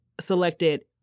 selected